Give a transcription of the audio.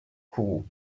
kourou